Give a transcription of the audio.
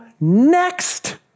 next